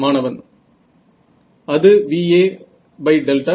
மாணவன் அது VA